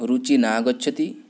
रुचिः नागच्छति